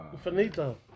Finito